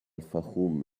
fayoum